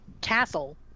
castle